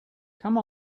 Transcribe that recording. come